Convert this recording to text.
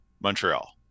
montreal